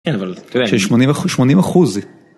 כן אבל אתה יודע ששמונים אחוז, שמונים אחוז